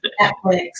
Netflix